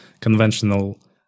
conventional